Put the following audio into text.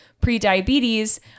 pre-diabetes